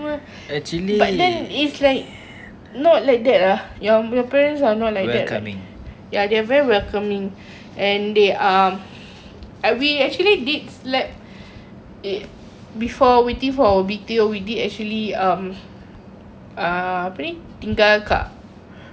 not like that ah your your parents are not like that ya they are very welcoming and they are and we actually did slept before waiting out B_T_O we did actually um uh apa ni tinggal kat rumah mak mertua so we were like